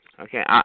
Okay